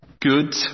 good